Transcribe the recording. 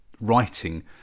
writing